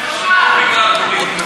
חשמל ופוליטיקה.